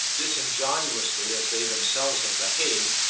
disingenuously as they themselves had behaved,